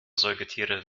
säugetiere